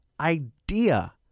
idea